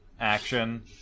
action